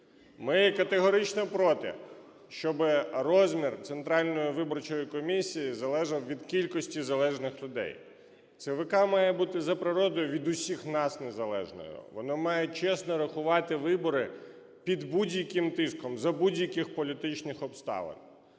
Ми категорично проти, щоби розмір Центральної виборчої комісії залежав від кількості залежних людей. ЦВК має бути за природою від усіх нас незалежною, вона має чесно рахувати вибори під будь-яким тиском, за будь-яких політичних обставин.